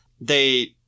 They-